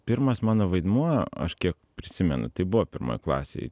pirmas mano vaidmuo aš kiek prisimenu tai buvo pirmoj klasėj